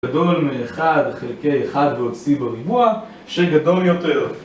גדול מאחד חלקי 1 ועוד C בריבוע שגדול יותר